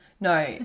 no